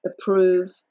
approve